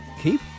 keep